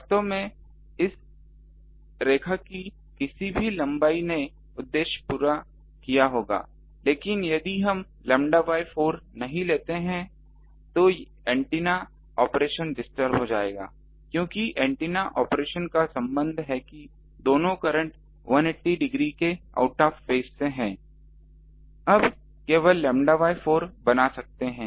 वास्तव में इस रेखा की किसी भी लंबाई ने उद्देश्य को पूरा किया होगा लेकिन यदि हम लैम्ब्डा बाय 4 नहीं लेते हैं तो एंटीना ऑपरेशन डिस्टर्ब हो जाएगा क्योंकि एंटीना ऑपरेशन का संबंध है कि दोनों करंट 180 डिग्री के आउट ऑफ़ फेज से हैं अब केवल लैम्ब्डा बाय 4 बना सकते हैं